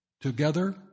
Together